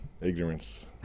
ignorance